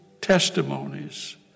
testimonies